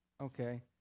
Okay